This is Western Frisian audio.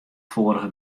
foarige